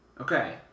Okay